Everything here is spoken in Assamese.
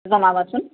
জনাবাচোন